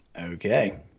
Okay